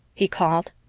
he called.